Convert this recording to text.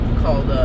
called